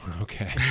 Okay